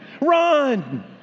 Run